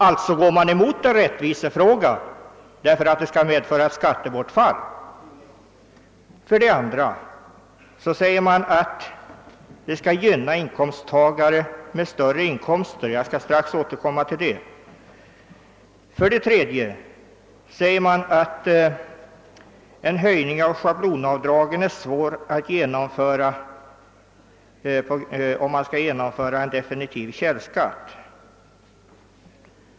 Alltså går man emot ett rättvisekrav, därför att ett tillmötesgående av kravet skulle medföra skattebortfall. För det andra säger utskottet, att inkomsttagare med större inkomster skulle bli gynnade. Jag skall strax återkomma till det. För det tredje säger utskottet att en höjning av schablonavdragen skulle försvåra införandet av en definitiv källskatt.